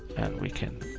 and we can